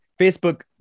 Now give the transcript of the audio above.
Facebook